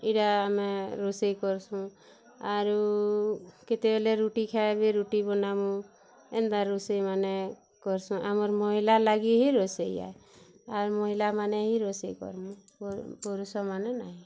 ଏଇରା ଆମେ ରୋଷେଇ କର୍ସୁଁ ଆରୁ କେତେବେଲେ ରୁଟି ଖାଇବେ ରୁଟି ବନାମୁଁ ଏନ୍ତା ରୋଷେଇମାନେ କର୍ସୁଁ ଆମର୍ ମହିଲା ଲାଗି ହିଁ ରୋଷେଇୟା ଆର୍ ମହିଲାମାନେ ହିଁ ରୋଷେଇ କର୍ମୁଁ ପୁରୁ ପୁରୁଷମାନେ ନାହିଁ